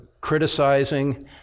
criticizing